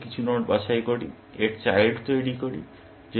আমরা n থেকে কিছু নোড বাছাই করি এর চাইল্ড তৈরি করি